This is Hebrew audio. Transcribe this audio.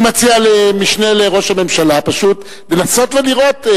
אני מציע למשנה לראש הממשלה פשוט לנסות ולראות,